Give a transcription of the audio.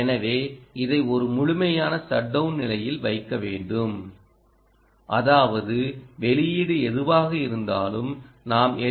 எனவே இதை ஒரு முழுமையான ஷட் டவுன் நிலையில் வைக்க வேண்டும் அதாவது வெளியீடு எதுவாக இருந்தாலும்நாம் எல்